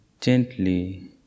Gently